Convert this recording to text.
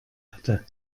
hatte